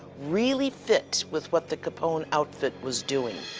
really fit with what the capone outfit was doing.